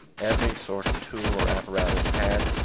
every sort of tool or apparatus had,